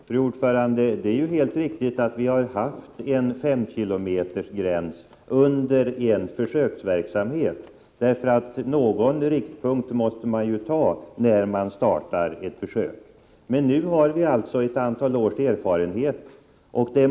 Fru talman! Det är helt riktigt att vi hade en S-kilometersgräns under försöksverksamheten. Någon riktpunkt måste man ha, när man startar ett försök. Men nu har vi ett antal års erfarenhet.